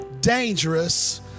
Dangerous